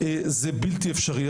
זה בלתי אפשרי.